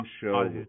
show